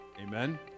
Amen